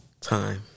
time